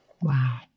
Wow